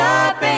up